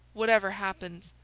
whatever happens.